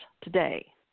today